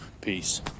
Peace